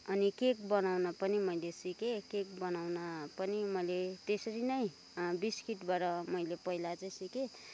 अनि केक बनाउन पनि मैले सिकेँ केक बनाउन पनि मैले त्यसरी नै बिस्कुटबाट मैले पहिला चाहिँ सिकेँ